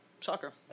Soccer